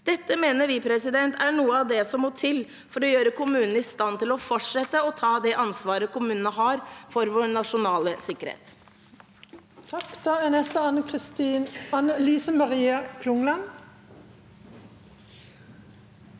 Dette mener vi er noe av det som må til for å gjøre kommunene i stand til å fortsette å ta det ansvaret kommunene har for vår nasjonale sikkerhet.